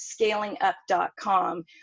scalingup.com